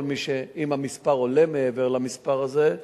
אם המספר עולה מעבר למספר הזה,